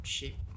Shape